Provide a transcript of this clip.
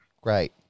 Great